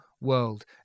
world